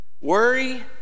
worry